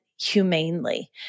humanely